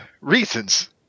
Reasons